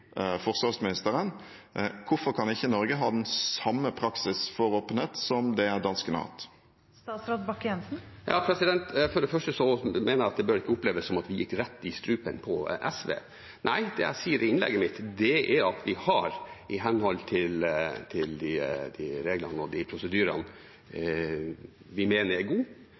forsvarsministeren. Hvorfor kan ikke Norge ha den samme praksis for åpenhet som det danskene har hatt? For det første mener jeg at det ikke bør oppleves som vi gikk rett i strupen på SV. Nei, det jeg sa i innlegget mitt, var at vi har gjort disse vurderingene i henhold til de reglene og prosedyrene vi mener er